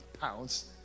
pounds